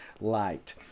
light